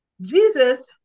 Jesus